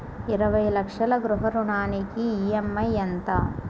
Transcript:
ఇరవై లక్షల గృహ రుణానికి ఈ.ఎం.ఐ ఎంత?